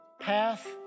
path